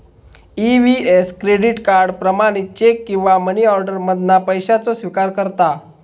EVS credit card, प्रमाणित cheque किंवा money order मधना पैशाचो स्विकार करता